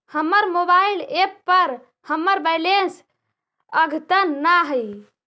हमर mobile app पर हमर बैलेंस अद्यतन ना हई